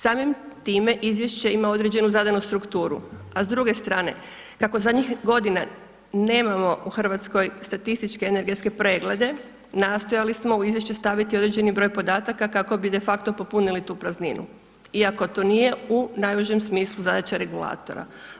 Samim time izvješće imam određenu zadanu strukturu, a s druge strane, kako za njih godinama nemamo u Hrvatskoj statistički energetske preglede, nastojali smo u izvješće staviti određeni broj podataka, kako bi de facto popunili tu prazninu, iako to nije u najužem smislu zadaća regulatora.